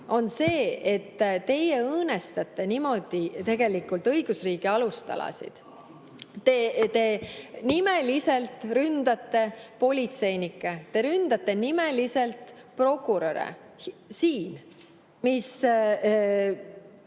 on see, et teie õõnestate niimoodi tegelikult õigusriigi alustalasid. Te nimeliselt ründate politseinikke, te ründate nimeliselt prokuröre siin, te